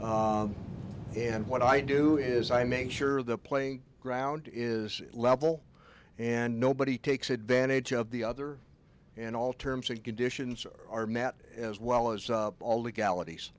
and what i do is i make sure the playing ground is level and nobody takes advantage of the other and all terms and conditions are met as well as all the galaxies